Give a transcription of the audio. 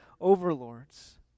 overlords